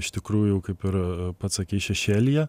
iš tikrųjų kaip ir pats sakei šešėlyje